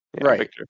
right